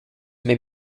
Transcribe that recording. may